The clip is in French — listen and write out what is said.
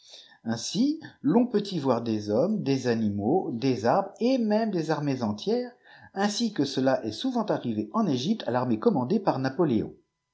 ainsi l'on y peut voir des hommes des sgnimaux des arbres et même des arinées entières ainsi que cela est souvent arrivé en egypte à l'armée commandée par napoléon